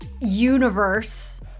universe